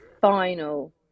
final